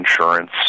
insurance